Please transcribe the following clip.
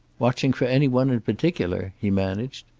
watching for any one in particular? he managed,